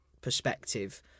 perspective